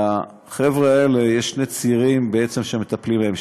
לחבר'ה האלה יש שני צירים שמטפלים בהם,